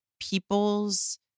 people's